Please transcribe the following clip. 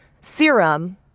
Serum